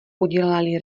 udělali